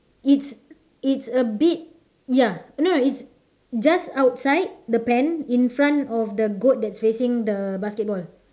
it's it's a bit ya no no it's just outside the pen in front of the goat that's facing the basketball